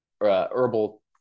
herbal